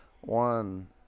One